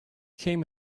came